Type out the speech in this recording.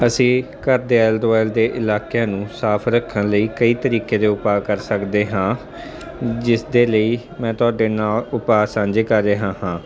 ਅਸੀਂ ਘਰ ਦੇ ਆਲੇ ਦੁਆਲੇ ਦੇ ਇਲਾਕਿਆਂ ਨੂੰ ਸਾਫ ਰੱਖਣ ਲਈ ਕਈ ਤਰੀਕੇ ਦੇ ਉਪਾਅ ਕਰ ਸਕਦੇ ਹਾਂ ਜਿਸ ਦੇ ਲਈ ਮੈਂ ਤੁਹਾਡੇ ਨਾਲ ਉਪਾਅ ਸਾਂਝੇ ਕਰ ਰਿਹਾ ਹਾਂ